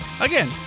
Again